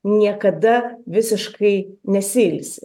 niekada visiškai nesiilsi